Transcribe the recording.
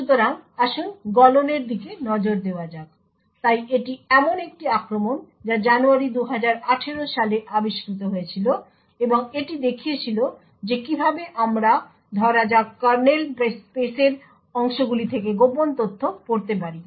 সুতরাং আসুন গলনের দিকে নজর দেওয়া যাক তাই এটি এমন একটি আক্রমণ যা জানুয়ারী 2018 সালে আবিষ্কৃত হয়েছিল এবং এটি দেখিয়েছিল যে কীভাবে আমরা ধরা যাক কার্নেল স্পেসের অংশগুলি থেকে গোপন তথ্য পড়তে পারি